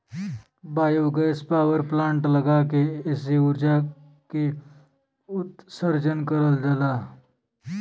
biogas power plant लगा के एसे उर्जा के उत्सर्जन करल जाला